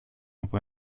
από